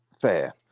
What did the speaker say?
fair